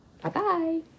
Bye-bye